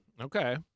Okay